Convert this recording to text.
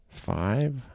five